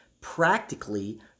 practically